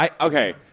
Okay